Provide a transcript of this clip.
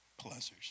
pleasures